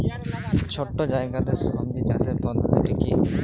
ছোট্ট জায়গাতে সবজি চাষের পদ্ধতিটি কী?